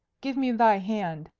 give me thy hand,